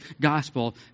gospel